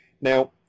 Now